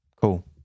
cool